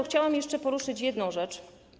Chciałabym jeszcze poruszyć jedną rzecz.